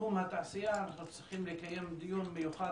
תחום התעשייה אנחנו צריכים לקיים דיון מיוחד